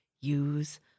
use